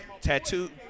tattoo